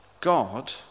God